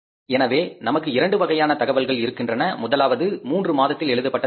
எனவே நமக்கு இரண்டு வகையான தகவல்கள் இருக்கின்றன முதலாவது மூன்று மாதத்தில் எழுதப்பட்ட தொகைகள்